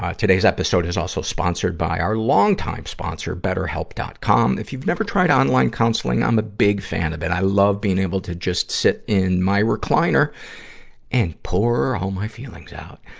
ah today's episode is also sponsored by our long-time sponsor, betterhelp. com. if you've never tried online counseling, i'm a big fan of it. i love being able to just sit in my recliner and pour all my feelings out.